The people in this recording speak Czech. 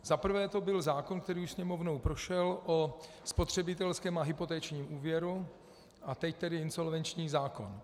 Za prvé to byl zákon, který už Sněmovnou prošel, o spotřebitelském a hypotečním úvěru, a teď tedy insolvenční zákon.